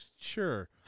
Sure